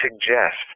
suggest